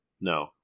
No